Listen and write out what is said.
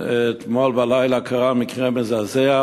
אתמול בלילה קרה מקרה מזעזע.